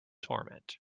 torment